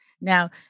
Now